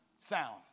Sound